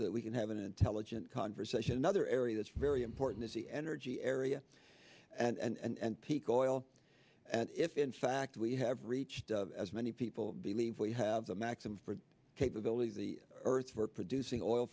that we can have an intelligent conversation another area that's very important is the energy area and peak oil and if in fact we have reached as many people believe we have the maximum capability the earth for producing oil